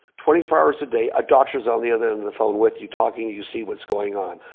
twenty four hours a day. a doctor is on the other end of the phone with you, talking to you to see what's going on.